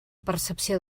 percepció